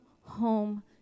home